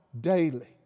Daily